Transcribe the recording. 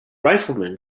riflemen